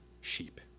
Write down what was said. sheep